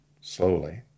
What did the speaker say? slowly